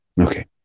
Okay